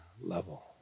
level